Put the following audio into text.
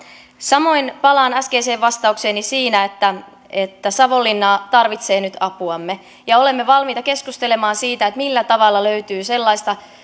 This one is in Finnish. samoin palaan äskeiseen vastaukseeni siinä että että savonlinna tarvitsee nyt apuamme ja olemme valmiita keskustelemaan siitä millä tavalla löytyy sellaista